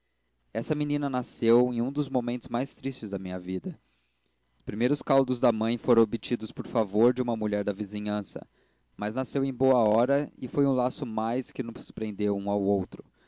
essa menina nasceu em um dos momentos mais tristes da minha vida os primeiros caldos da mãe foram obtidos por favor de uma mulher da vizinhança mas nasceu em boa hora e foi um laço mais que nos prendeu um ao outro